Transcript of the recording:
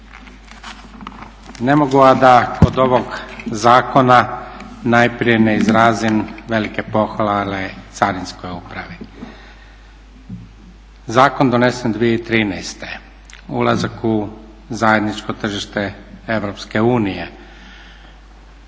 Ne mogu a da kog ovog zakona najprije ne izrazim velike pohvale carinskoj upravi. Zakon donesen 2013., ulazak u zajedničko tržište Europske unije,